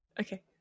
Okay